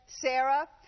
Sarah